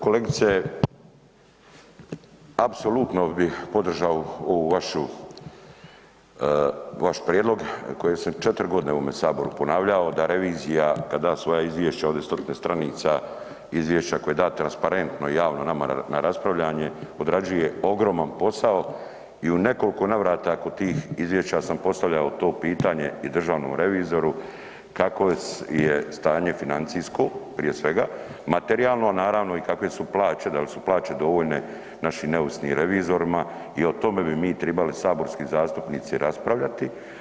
Kolegice, apsolutno bi podržao ovaj vaš prijedlog koje sam 4 g. u ovome Saboru ponavljao, da revizija kad da izvješća ovdje stotine stranica, izvješća koja da transparentno i javno nama na raspravljanje, odrađuje ogroman posao i u nekoliko navrata kod tih izvješća sam postavljao tom pitanje i državnom revizoru, kakvo je stanje financijsko, prije svega, materijalno a naravno i kakve su plaće, da li su plaće dovoljne našim neovisnim revizorima i o tome bi mi trebali saborski zastupnici raspravljati.